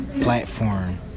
platform